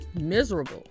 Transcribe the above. miserable